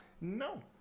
no